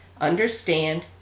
understand